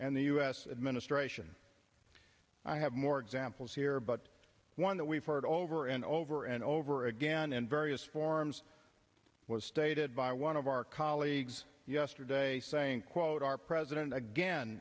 and the u s administration i have more examples here but one that we've heard over and over and over again in various forms was stated by one of our colleagues yesterday saying quote our president again